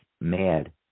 mad